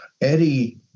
Eddie